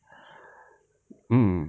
mm